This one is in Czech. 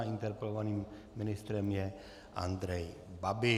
Interpelovaným ministrem je Andrej Babiš.